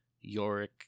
yorick